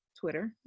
Twitter